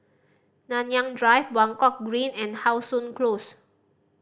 Nanyang Drive Buangkok Green and How Sun Close